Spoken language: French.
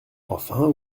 enfin